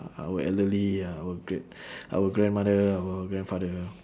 our elderly our grand~ our grandmother our grandfather